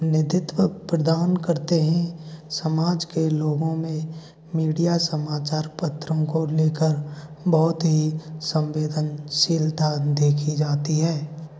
प्रदान करते हैं समाज के लोगों में मीडिया समाचार पत्रों को लेकर बहुत ही संवेदनशीलता देखी जाती है